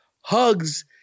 Hugs